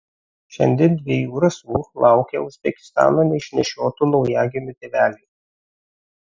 šiandien dviejų rasų laukia uzbekistano neišnešiotų naujagimių tėveliai